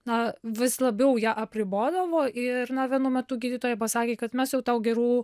na vis labiau ją apribodavo ir na vienu metu gydytoja pasakė kad mes jau tau gerų